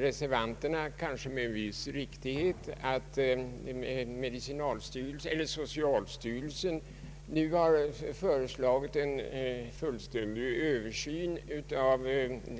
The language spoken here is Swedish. Reservanterna säger — kanske med viss rätt — att socialstyrelsen nu föreslagit en fullständig översyn av